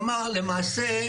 למעשה,